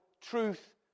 truth